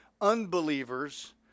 unbelievers